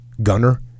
Gunner